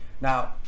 Now